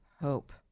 hope